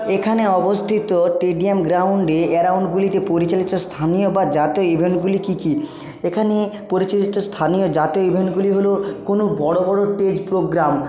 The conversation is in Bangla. এখানে অবস্থিত স্টেডিয়াম গ্রাউন্ডে গ্রাউন্ডগুলিতে পরিচালিত স্থানীয় বা জাতীয় ইভেন্টগুলি কী কী এখানে পরিচালিত স্থানীয় জাতীয় ইভেন্টগুলি হলো কোনো বড়ো বড়ো টেস্ট প্রোগ্রাম